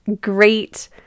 great